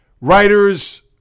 writers